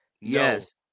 Yes